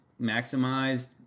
maximized